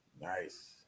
Nice